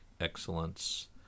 Excellence